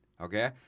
okay